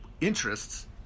interests